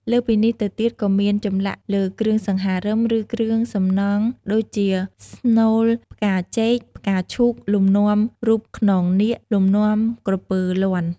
លើសពីនេះទៅទៀតក៏មាន ចម្លាក់លើគ្រឿងសង្ហារឹម ឬគ្រឿងសំណង់ដូចជា ស្នូលផ្កាចេក, ផ្កាឈូក, លំនាំរូបខ្នងនាគ, លំនាំក្រពើលាន់។